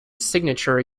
signature